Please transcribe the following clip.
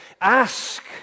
ask